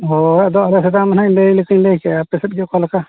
ᱦᱳᱭ ᱟᱫᱚ ᱟᱞᱮ ᱥᱮᱫᱟᱜ ᱢᱟ ᱦᱟᱸᱜ ᱟᱯᱮ ᱥᱮᱫ ᱜᱮ ᱚᱠᱟ ᱞᱮᱠᱟ